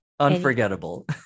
Unforgettable